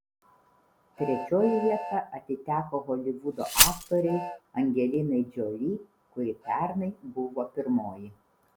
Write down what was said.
trečioji vieta atiteko holivudo aktorei angelinai jolie kuri pernai buvo pirmoji